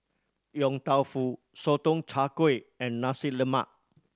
Yong Tau Foo Sotong Char Kway and Nasi Lemak